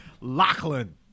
Lachlan